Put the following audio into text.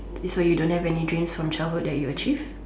so you don't have any dreams from childhood that you achieve